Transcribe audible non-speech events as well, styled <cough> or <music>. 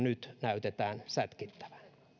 <unintelligible> nyt näytetään sätkittävän